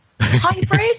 hybrid